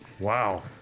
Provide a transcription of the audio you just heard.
Wow